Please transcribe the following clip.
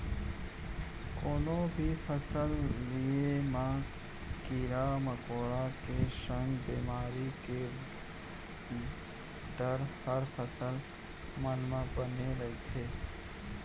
कोनो भी फसल लिये म कीरा मकोड़ा के संग बेमारी के डर हर फसल मन म बने रथे